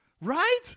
Right